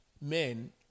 men